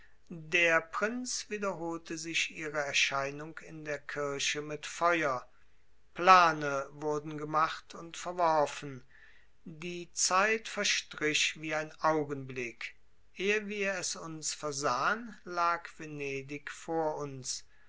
der prinz wiederholte sich ihre erscheinung in der kirche mit feuer plane wurden gemacht und verworfen die zeit verstrich wie ein augenblick ehe wir es uns versahen lag venedig vor uns